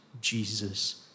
Jesus